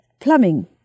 plumbing